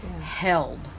held